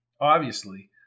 Obviously